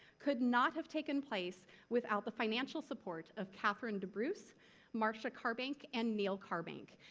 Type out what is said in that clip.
could not have taken place without the financial support of katherine debruce, marcia karbank, and neil karbank.